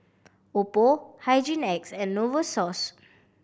Oppo Hygin X and Novosource